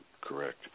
correct